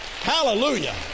Hallelujah